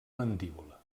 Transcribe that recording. mandíbula